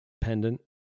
pendant